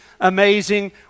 amazing